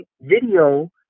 video